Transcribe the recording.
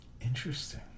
Interesting